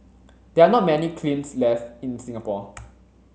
there are not many kilns left in Singapore